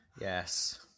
yes